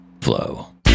Flow